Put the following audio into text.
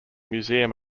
museum